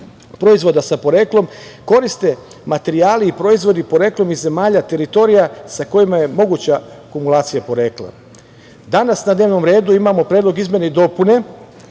proizvoda sa poreklom koriste materijali i proizvodi poreklom iz zemalja teritorija sa kojima je moguća kumulacija porekla. Danas na dnevnom redu imamo Predlog izmena i dopuna